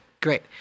Great